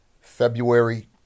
February